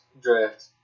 draft